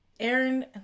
Aaron